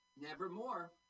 Nevermore